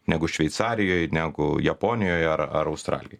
negu šveicarijoj negu japonijoje ar ar australijoj